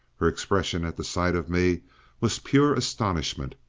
her expression at the sight of me was pure astonishment.